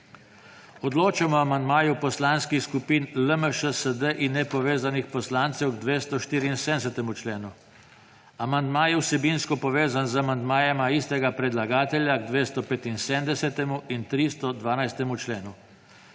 Odločamo o amandmaju poslanskih skupin LMŠ, SD in nepovezanih poslancev k 274. členu. Amandma je vsebinsko povezan z amandmajema istega predlagatelja k 275. in 312. členu.